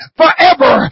forever